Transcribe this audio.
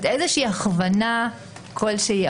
איזושהי הכוונה כלשהי,